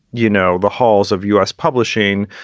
you know, the halls of u s. publishing,